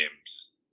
games